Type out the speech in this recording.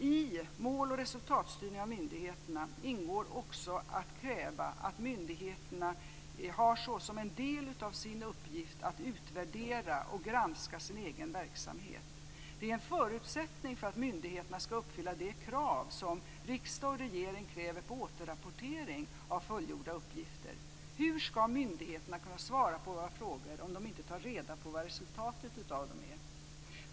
I mål och resultatstyrning av myndigheterna ingår också att kräva att myndigheterna som en del av sin uppgift har att utvärdera och granska sin egen verksamhet. Det är en förutsättning för att myndigheterna ska uppfylla de krav som riksdag och regering ställer på återrapportering av fullgjorda uppgifter. Hur ska myndigheterna kunna svara på våra frågor om de inte tar reda på resultatet av dem?